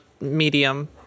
medium